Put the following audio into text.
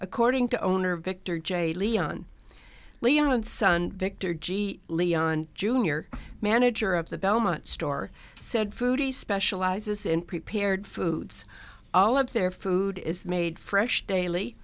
according to owner victor j leon leon son victor g leon jr manager of the belmont store said food he specializes in prepared foods all of their food is made fresh daily